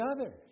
others